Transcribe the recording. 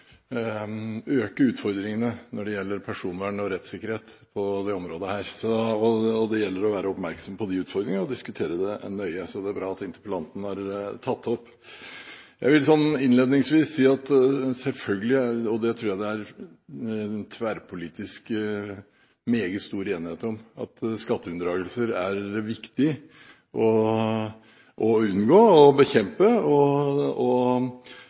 utfordringene når det gjelder personvern og rettssikkerhet på dette området. Det gjelder å være oppmerksom på de utfordringene og diskutere det nøye. Så det er bra at interpellanten har tatt det opp. Jeg vil innledningsvis si at selvfølgelig – og det tror jeg det er meget stor tverrpolitisk enighet om – er skatteunndragelser viktig å unngå og å bekjempe.